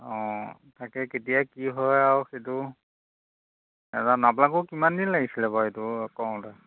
অঁ তাকে কেতিয়া কি হয় আৰু সেইটো নাজানোঁ আপোনালোকক কিমান দিন লাগিছিলে বাৰু এইটো কৰোঁতে